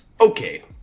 okay